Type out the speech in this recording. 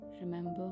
Remember